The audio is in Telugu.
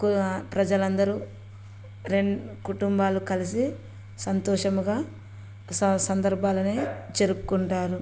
ప్రజలందరు రెం కుటుంబాలు కలిసి సంతోషముగా స సందర్భాలు అని జరుపుకుంటారు